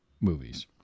movies